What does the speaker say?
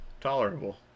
tolerable